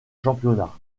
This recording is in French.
championnat